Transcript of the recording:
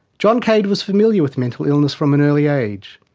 john cade was familiar with mental illness from an early age.